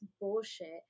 bullshit